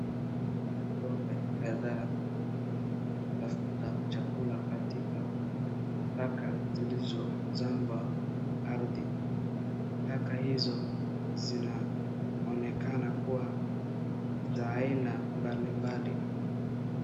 Ng'ombe kadhaa wanatafuta chakula katika taka zilizozamba ardhi. Taka hizo zinaonekana kuwa za aina mbalimbali.